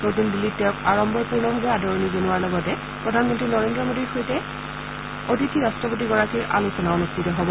নতুন দিল্লীত তেওঁক আডম্বৰপূৰ্ণভাৱে আদৰণি জনোৱাৰ লগতে প্ৰধানমন্ত্ৰী নৰেন্দ্ৰ মোডীৰ সৈতে অতিথি ৰাষ্ট্ৰপতিগৰাকীৰ আলোচনা অনুষ্ঠিত হব